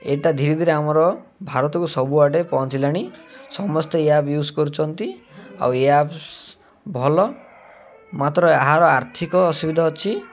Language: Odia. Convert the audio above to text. ଏଇଟା ଧୀରେ ଧୀରେ ଆମର ଭାରତକୁ ସବୁଆଡ଼େ ପହଞ୍ଚିଲାଣି ସମସ୍ତେ ଏ ଆପ୍ ୟୁଜ୍ କରୁଛନ୍ତି ଆଉ ଏ ଆପ୍ସ ଭଲ ମାତ୍ର ଏହାର ଆର୍ଥିକ ଅସୁବିଧା ଅଛି